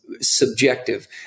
subjective